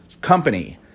company